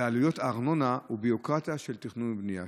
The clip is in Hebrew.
ובשל עלויות הארנונה והביורוקרטיה של תכנון ובנייה.